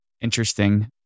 Interesting